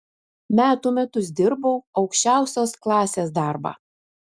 metų metus dirbau aukščiausios klasės darbą